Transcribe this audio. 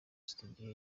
studio